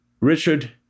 Richard